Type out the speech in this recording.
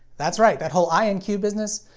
that's right, that whole i and q business?